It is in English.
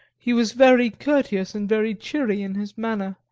he was very courteous and very cheery in his manner,